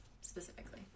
specifically